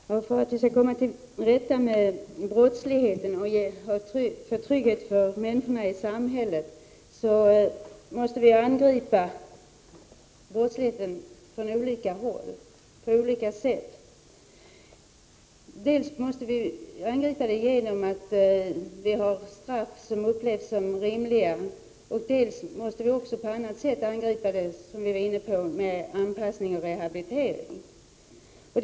Herr talman! För att vi skall komma till rätta med brottsligheten och ge trygghet åt människorna i samhället måste vi angripa brottsligheten från olika håll och på olika sätt. Vi måste ha straff som upplevs som rimliga. Vi måste också angripa brottsligheten på annat sätt, med anpassning och rehabilitering av dem som begår brott, vilket jag har varit inne på.